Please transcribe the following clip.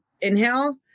inhale